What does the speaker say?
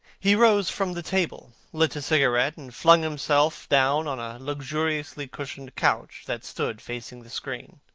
he rose from the table, lit a cigarette, and flung himself down on a luxuriously cushioned couch that stood facing the screen.